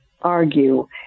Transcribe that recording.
argue